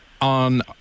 on